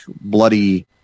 bloody